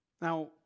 Now